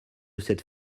cette